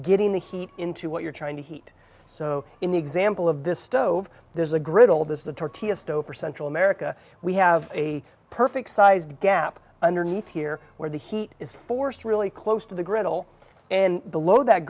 getting the heat into what you're trying to heat so in the example of this stove there's a griddle this is a tortilla stove for central america we have a perfect sized gap underneath here where the heat is forced really close to the griddle and below that